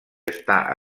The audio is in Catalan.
està